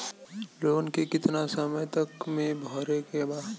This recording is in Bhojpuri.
लोन के कितना समय तक मे भरे के बा?